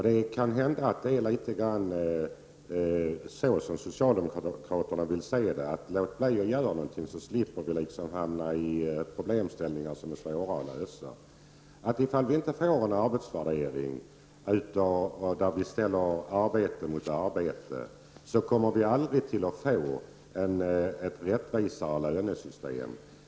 Det kan hända att socialdemokraterna litet grand vill se det så, att om man låter bli att göra någonting, slipper man också att hamna i svårlösta problemställningar. Om vi inte får en arbetsvärdering där arbete ställs mot arbete, kommer vi aldrig att få ett rättvisare lönesystem.